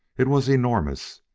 it was enormous,